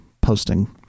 posting